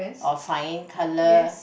or cyan colour